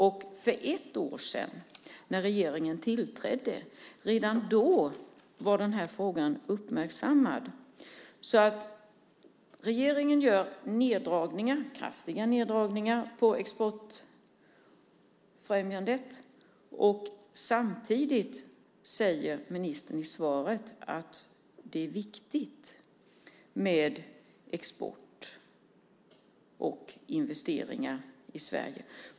Redan för ett år sedan när regeringen tillträdde var den här frågan uppmärksammad. Regeringen gör kraftiga neddragningar på exportfrämjandet. Samtidigt säger ministern i svaret att det är viktigt med export och investeringar i Sverige.